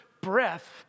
breath